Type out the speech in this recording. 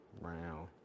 Brown